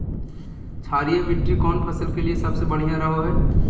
क्षारीय मिट्टी कौन फसल के लिए सबसे बढ़िया रहो हय?